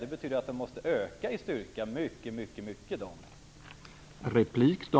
Det betyder att de måste öka mycket i styrka.